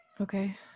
Okay